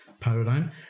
paradigm